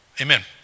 Amen